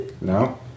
No